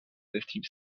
esti